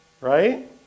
right